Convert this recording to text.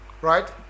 Right